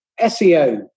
SEO